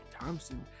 Thompson